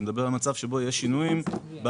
הוא מדבר על מצב שבו יש שינויים בנכסים.